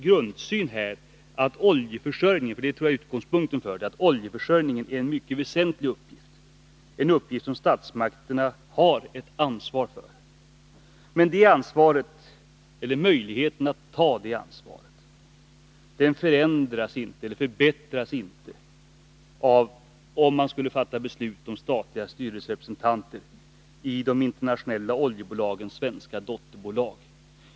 Jag delar det jag tror är Hugo Bengtssons grundsyn, nämligen att oljeförsörjningen är en mycket väsentlig uppgift, som statsmakterna har ett ansvar för. Men möjligheten att ta detta ansvar förbättras inte av ett beslut om statliga styrelserepresentanter i de internationella oljebolagens svenska dotterbolag.